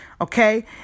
Okay